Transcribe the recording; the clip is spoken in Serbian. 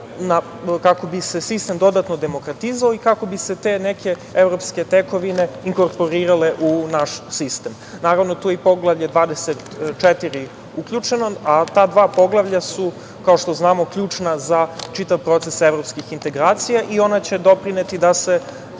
kako bi se sistem dodatno demokratizovao i kako bi se te neke evropske tekovine inkorporirale u naš sistem. Naravno, tu je i Poglavlje 24 uključeno, ali ta dva poglavlja su kao što znamo ključna za čitav proces evropskih integracija i ona će doprineti da se